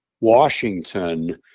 Washington